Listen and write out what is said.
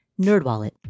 NerdWallet